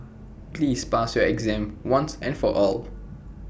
please pass your exam once and for all